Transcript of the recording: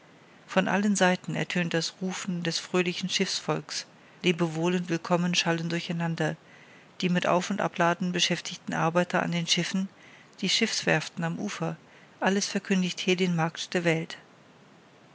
von allen seiten ertönt das rufen des fröhlichen schiffsvolks lebewohl und willkommen schallen durcheinander die mit auf und abladen beschäftigten arbeiter an den schiffen die schiffswerften am ufer alles verkündigt hier den markt der welt